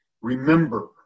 Remember